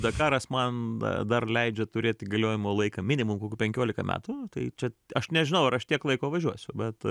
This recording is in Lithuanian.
dakaras man dar leidžia turėti galiojimo laiką minim kokių penkiolika metų tai čia aš nežinau ar aš tiek laiko važiuosiu bet